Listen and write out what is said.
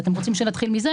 אתם רוצים שנתחיל מזה?